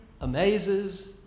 amazes